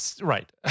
right